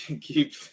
keep